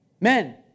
Men